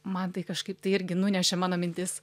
man tai kažkaip tai irgi nunešė mano mintis